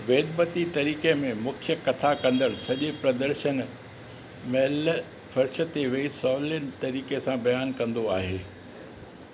वेदमती तरीक़े में मुख्यु कथा कंदड़ु सॼे प्रदर्शन महिल फ़र्श ते वेही सवले तरीक़े सां बियानु कंदो आहे